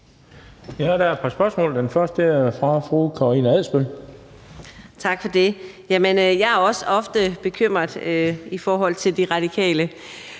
Jeg er også ofte bekymret i forhold til De Radikale.